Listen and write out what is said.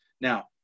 Now